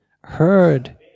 heard